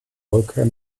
rückkehr